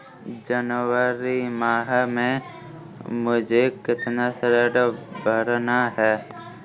जनवरी माह में मुझे कितना ऋण भरना है?